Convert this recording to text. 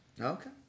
Okay